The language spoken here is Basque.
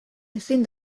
ezin